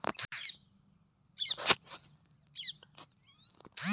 internet ಬ್ಯಾಂಕಿಂಗ್ನಲ್ಲಿ ಬೇನಿಫಿಷರಿನ್ನ delete ಮಾಡಲು ಯಾವುದೇ ಶುಲ್ಕ ತಗೊಳಲ್ಲ